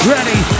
Ready